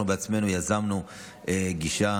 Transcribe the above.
אנחנו בעצמנו יזמנו גישה